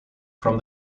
from